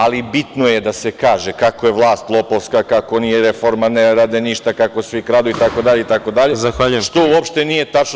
Ali, bitno je da se kaže kako je vlast lopovska, kako nije reforma, ne rade ništa, kako svi kradu itd, što uopšte nije tačno.